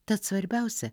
tad svarbiausia